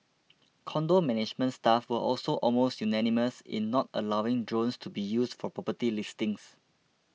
condo management staff were also almost unanimous in not allowing drones to be used for property listings